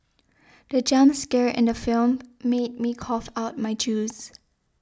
the jump scare in the film made me cough out my juice